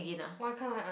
why can't I ask